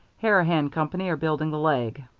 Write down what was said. harahan company are building the leg.